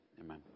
amen